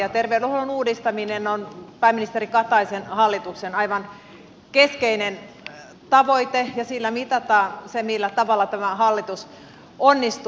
tervey denhuollon uudistaminen on pääministeri kataisen hallituksen aivan keskeinen tavoite ja sillä mitataan se millä tavalla tämä hallitus onnistuu